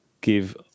give